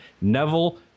Neville